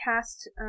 cast